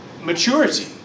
maturity